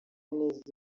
neza